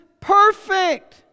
perfect